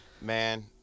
Man